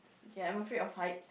ya I'm afraid of height